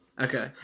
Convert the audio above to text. Okay